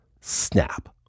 snap